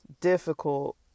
difficult